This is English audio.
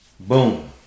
Boom